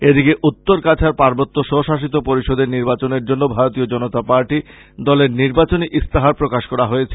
এদিকে উত্তর কাছাড় পার্বত্য স্ব শাসিত পরিষদের নির্বাচনের জন্য ভারতীয় জনতা পার্টি দলের নির্বাচনী ইস্তাহার প্রকাশ করা হয়েছে